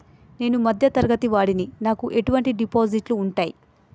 నేను మధ్య తరగతి వాడిని నాకు ఎటువంటి డిపాజిట్లు ఉంటయ్?